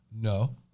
No